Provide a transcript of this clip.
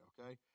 okay